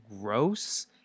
gross